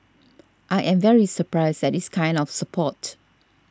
I am very surprised at this kind of support